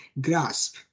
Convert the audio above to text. grasp